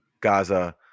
Gaza